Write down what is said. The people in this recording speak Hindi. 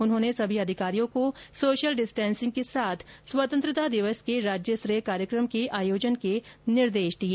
उन्होंने सभी अधिकारियों को सोशल डिस्टेंसिंग के साथ स्वतंत्रता दिवस के राज्य स्तरीय कार्यक्रम के आयोजन के निर्देश दिए